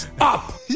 up